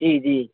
जी जी